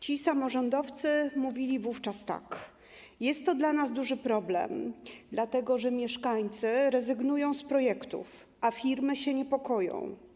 Ci samorządowcy mówili wówczas tak: Jest to dla nas duży problem, dlatego że mieszkańcy rezygnują z projektów, a firmy się niepokoją.